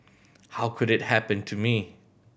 how could it happen to me